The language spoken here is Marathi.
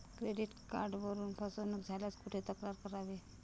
क्रेडिट कार्डवरून फसवणूक झाल्यास कुठे तक्रार करावी?